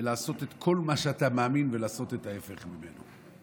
וכל מה שאתה מאמין, לעשות את ההפך ממנו.